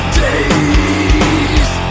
days